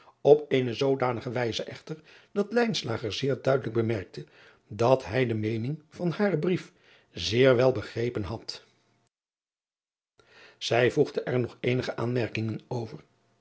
op eene zoodanige wijze echter dat zeer duidelijk bemerkte dat hij de meening van haren brief zeer wel begrepen had ij voegde er nog eenige aanmerkingen over